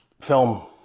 film